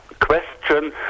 question